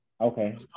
Okay